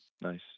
nice